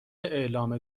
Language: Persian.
اعلام